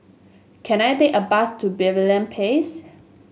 can I take a bus to Pavilion Place